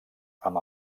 amb